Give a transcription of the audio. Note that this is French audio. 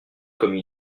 commis